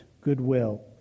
goodwill